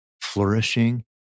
flourishing